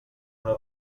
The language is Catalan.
una